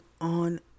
on